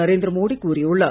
நரேந்திர மோடி கூறியுள்ளார்